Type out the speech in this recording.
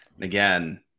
again